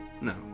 No